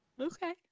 Okay